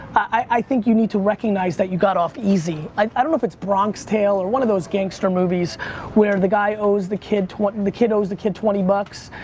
i think you need to recognize that you got off easy. i don't know if it's bronx tale or one of those gangster movies where the guy owes the kid, the kid owes the kid twenty bucks,